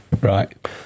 right